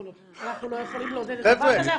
אנחנו לא יכולים לעודד דבר כזה.